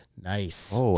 Nice